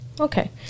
Okay